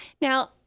Now